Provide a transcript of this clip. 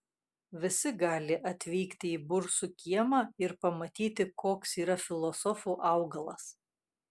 visi gali atvykti į bursų kiemą ir pamatyti koks yra filosofų augalas